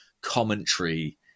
commentary